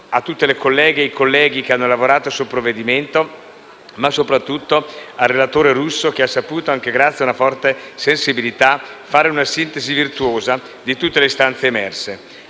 a tutte le colleghe e i colleghi che hanno lavorato sul provvedimento, ma soprattutto al relatore Russo che, grazie anche a una forte sensibilità, ha saputo fare una sintesi virtuosa di tutte le istanze emerse.